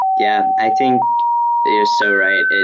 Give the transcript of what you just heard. yeah i think you're so right.